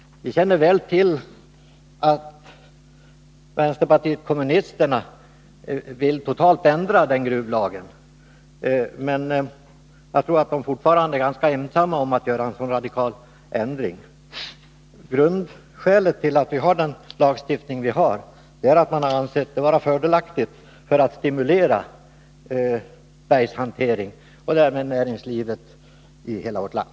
Vi känner till att vpk vill totalt ändra den gruvlagen, men jag tror att de fortfarande är ganska ensamma om att vilja göra en så radikal ändring. Grundskälet till att vi har den lagstiftning vi har är att man anser den fördelaktig när det gäller att stimulera bergshanteringen och därmed näringslivet i hela vårt land.